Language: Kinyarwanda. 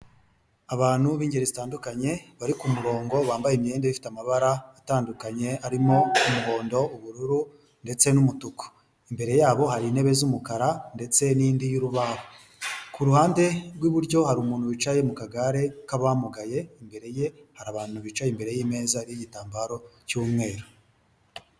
Abantu b'ingeri zitandukanye bari kumurongo bambaye imyenda ifite amabara atandukanye arimo umuhondo, ubururu ndetse n'umutuku imbere yabo hari intebe z'umukara ndetse n'indi y'urubaho ku ruhande rw'iburyo hari umuntu wicaye mu kagare k'abamugaye imbere ye hari abantu bicaye imbere y'imeza y'igitambaro cy'umweru.